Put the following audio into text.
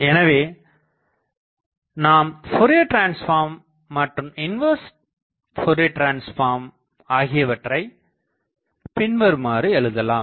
எனவே நாம் Fourier transform மற்றும் இன்வர்ஸ் ஃபோரியர் டிரான்ஸ்பார்ம் ஆகியவற்றைப் பின்வருமாறு எழுதலாம்